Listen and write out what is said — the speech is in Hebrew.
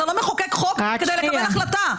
אתה לא מחוקק חוק כדי לקבל החלטה,